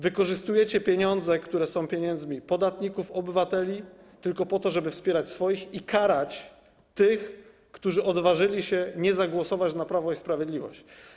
Wykorzystujecie pieniądze, które są pieniędzmi podatników, obywateli tylko po to, żeby wspierać swoich i karać tych, którzy odważyli się nie zagłosować na Prawo i Sprawiedliwość.